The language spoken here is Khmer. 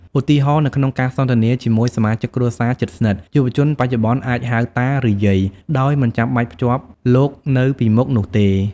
ឧទាហរណ៍ នៅក្នុងការសន្ទនាជាមួយសមាជិកគ្រួសារជិតស្និទ្ធ យុវជនបច្ចុប្បន្នអាចហៅតា ឬយាយ ដោយមិនចាំបាច់ភ្ជាប់លោកនៅពីមុខនោះទេ។